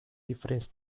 difference